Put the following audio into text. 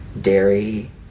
dairy